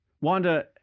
Wanda